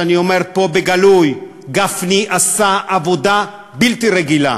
שאני אומר פה בגלוי: גפני עשה עבודה בלתי רגילה,